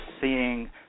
seeing